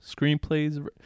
screenplays